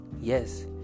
yes